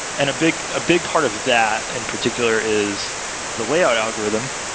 and big ah big part of that in particular is the layout algorithm.